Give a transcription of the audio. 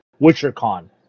WitcherCon